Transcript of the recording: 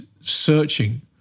searching